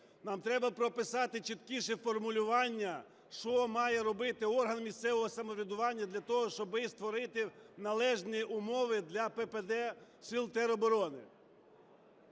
Нам треба прописати чіткіші формулювання, що має робити орган місцевого самоврядування для того, щоб створити належні умови для ППД Сил